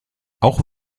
auch